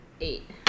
eight